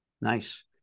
Nice